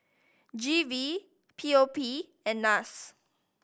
G V P O P and NAS